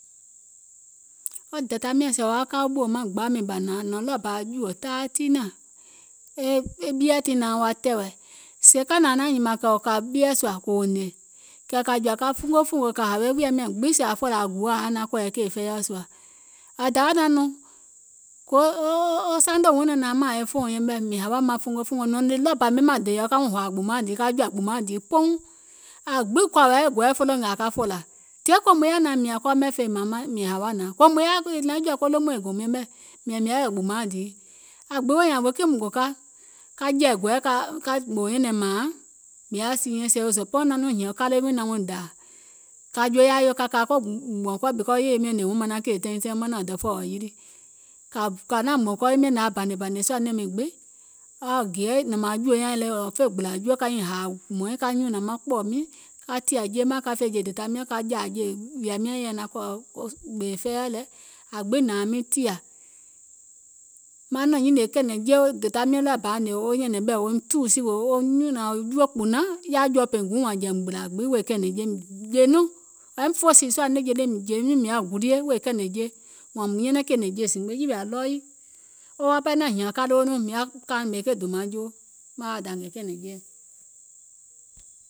Wo dàda miɔ̀ŋ sèè wo ka wo wa ɓòò maŋ gbȧù miiŋ bà wo hnȧŋ nɔ̀ɔŋ ɗɔɔ bà jùò taai ɔ̀ɔ̀ tiinȧŋ, e ɓieɛ̀ tiŋ nauŋ wa tɛ̀wɛ̀, sèè ka nȧaŋ naȧŋ nyìmȧŋ kɛ̀ wò kȧ ɓieɛ̀ sùȧ kòò hnè, kɛ̀ kȧ jɔ̀ȧ ka fungofùngò kȧ hawe, jɔ̀ȧim nyȧŋ gbiŋ aŋ fòlȧ aŋ guò ȧŋ yaȧ naȧŋ kɔ̀ɔ̀yɛ̀ kèè fɛiɔ̀ sùȧ, ȧŋ dawȧ naȧŋ nɔŋ kòò wo sanò wuŋ naŋ nȧaŋ mȧȧŋ e fòuŋ yɛmɛ̀, mìŋ hawa maŋ fungofùngò nɔ̀ɔŋ ɗɔɔ bȧ ɓemȧŋ dèèɔ ka wuŋ hòȧ gbùmaȧŋ dììi ka jɔ̀ȧ gbùmaàŋ dììi pouŋ, aŋ gbiŋ kɔ̀ȧ wɛ̀ɛ gɔɛ̀ɛ̀ folo ngàà ka yèwȧ, diè kòòùm yaȧ nȧaŋ, mìȧŋ kɔɔ mɛ̀ fèìm mìŋ hawa nȧaŋ, kòò mùŋ yaȧ è naŋ jɔ̀ ko lomùiŋ gòum yɛmɛ̀, mìȧŋ mìŋ yaȧ weè gbùmaȧŋ dììi, aŋ gbiŋ woò nyȧȧŋ wèè kiìŋ gò ka maŋ jɛ̀ì gɔɛɛ̀ kȧ gbòò nyɛ̀nɛŋ mȧȧŋ mìŋ yaȧ siinyɛŋ, wo zòòbɔɔ̀ŋ naŋ nɔŋ hìɛ̀ŋ kale wiiŋ naŋ wuŋ dȧȧ, kȧ jòyȧ yò, kȧ kȧ ko hmɔ̀ɔ̀ŋ kɔɔì because yèye miɔ̀ŋ ngèè wuŋ manaŋ kèè teiŋ teiŋ manȧŋ do fɔ̀ɔ̀wɔ̀ yilì, kɔ̀ȧ naȧŋ hmɔ̀ɔ̀ŋ kɔɔ wii miàŋ nȧŋ yaȧ bȧnèbȧnè sùȧ nɛ̀ŋ miiŋ gbiŋ kaa gè nɔ̀ŋ mȧȧŋ jùò nyaŋ le fè gbìlȧ juò ka nyiŋ hȧȧ hmɔ̀ɔ̀iŋ ka nyùnȧŋ maŋ kpɔ̀ɔ̀ miiŋ ka tìȧ jeim mȧŋ ka fè jè dèda miɔ̀ŋ ka jȧȧ jè jɔ̀ȧim nyȧŋ yè nyaŋ naŋ kɔ̀ gbèè fɛiɔ̀ lɛ, aŋ gbiŋ hnȧŋ aŋ miŋ tìȧ, maŋ nɔ̀ŋ nyìnìè kèè nɛ̀ŋje dèda miɔ̀ŋ ɗɔɔ bȧ woim tùù sìwè woo yèwȧ wo nyùnȧŋ juò kpùnaŋ wo nyùnȧŋ jɔ̀ɔ̀ pȧìŋ guùŋ wȧȧŋ jɛ̀ìùm gbìlȧ gbiŋ wèè kèè nɛ̀ŋje, jè nɔŋ, ȧŋ yȧìm fòòsì sùȧ nɛ̀nje lii mìŋ jèe nìŋ mìŋ yaȧ gulie wèè kèè nɛ̀ŋje, wȧȧŋ mùŋ nyɛnɛŋ kèè nɛ̀ŋje zimgbe, yìwìȧ ɗɔɔ yii wo wa pɛɛ naȧŋ hìȧŋ kaleuŋ nɔɔ̀ŋ mìŋ yaȧ kȧȧmè ke dòmaŋ joo, maŋ wa dȧngè kèè nɛ̀ŋjeɛ̀.